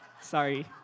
Sorry